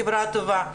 חברה טובה,